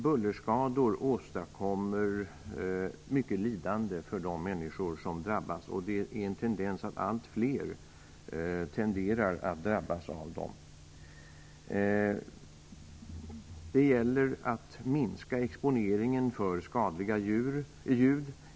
Bullerskador åstadkommer mycket lidande för de människor som drabbas. Det finns en tendens till att allt fler drabbas av detta. Det gäller att minska exponeringen för skadliga ljud.